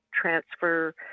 transfer